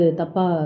tapa